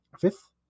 Fifth